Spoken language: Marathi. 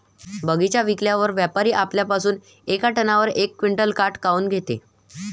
बगीचा विकल्यावर व्यापारी आपल्या पासुन येका टनावर यक क्विंटल काट काऊन घेते?